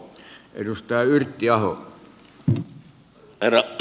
herra puhemies